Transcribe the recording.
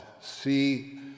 See